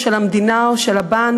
של המדינה או של הבנק.